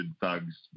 thugs